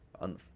On